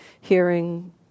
hearing